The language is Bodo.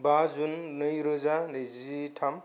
बा जुन नै रोजा नैजिथाम